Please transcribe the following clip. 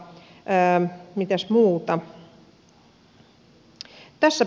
tässäpä se taisi